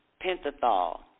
pentothal